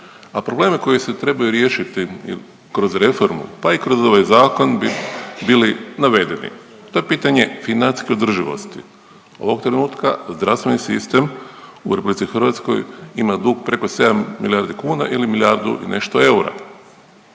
a problemi koji se trebaju riješiti kroz reformu, pa i kroz ovaj zakon, bi bili navedeni. To je pitanje financijske održivosti. Ovog trenutka zdravstveni sistem u RH ima dug preko 7 milijardi kuna ili milijardu i nešto eura.